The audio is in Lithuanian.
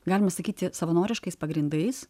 galima sakyti savanoriškais pagrindais